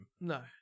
no